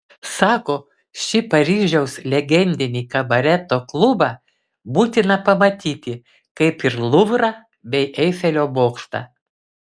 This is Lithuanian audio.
sako šį paryžiaus legendinį kabareto klubą būtina pamatyti kaip ir luvrą bei eifelio bokštą